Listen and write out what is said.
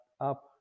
up